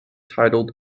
titled